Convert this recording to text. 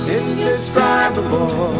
indescribable